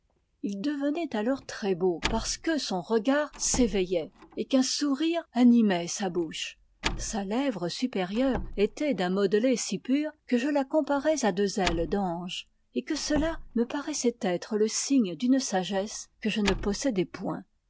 il devenait alors très beau parce que son regard s'éveillait et qu'un sourire animait sa bouche sa lèvre supérieure était d'un modelé si pur que je la comparais à deux ailes d'ange et que cela me paraissait être le signe d'une sagesse que je ne possédais point